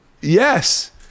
Yes